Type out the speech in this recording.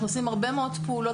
אנחנו עושים הרבה מאוד פעולות.